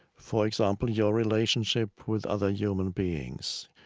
for example, your relationship with other human beings.